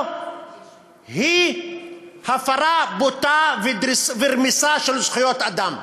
היא הפרה בוטה ורמיסה של זכויות אדם.